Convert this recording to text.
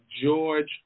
George